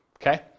Okay